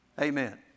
Amen